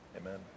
amen